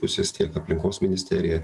pusės tiek aplinkos ministerija